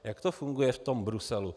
Jak to funguje v tom Bruselu?